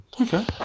Okay